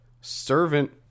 servant